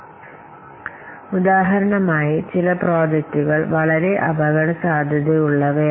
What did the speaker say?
ചില പ്രോജക്റ്റുകൾ കാണുന്നത് പോലെ വ്യത്യസ്ത പ്രോജക്ടുകൾ എങ്ങനെ സന്തുലിതമാക്കാം എന്നത് വളരെ അപകടസാധ്യതയുള്ളവയാണ് പക്ഷേ അവ വളരെ മൂല്യവത്തായവയാണ്